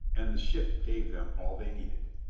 and the ship gave them all they needed.